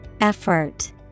Effort